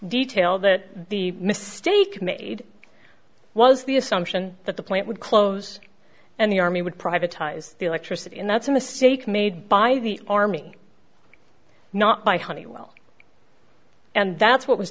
detail that the mistake made was the assumption that the plant would close and the army would privatized the electricity and that's a mistake made by the army not by honeywell and that's what was